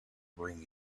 bring